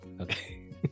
okay